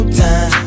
time